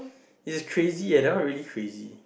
is crazy eh that one really crazy